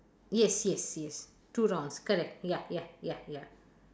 yes yes yes two wrongs correct ya ya ya ya